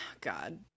god